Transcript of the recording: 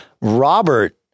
Robert